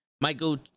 Michael